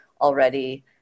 already